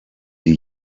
die